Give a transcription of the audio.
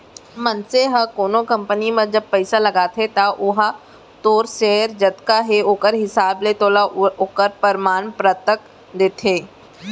मनसे ह कोनो कंपनी म जब पइसा लगाथे त ओहा तोर सेयर जतका हे ओखर हिसाब ले तोला ओखर परमान पतरक देथे